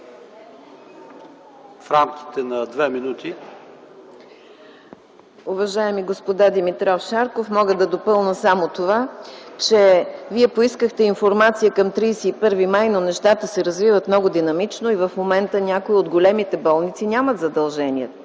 АННА-МАРИЯ БОРИСОВА: Уважаеми господа Димитров и Шарков! Мога да допълня само това, че вие поискахте информация към 31 май, но нещата се развиват много динамично и в момента някои от големите болници нямат задължения